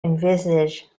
envisage